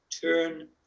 turn